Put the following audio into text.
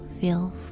feel